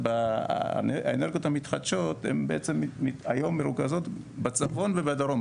היום האנרגיות המתחדשות מרוכזות בצפון ובדרום,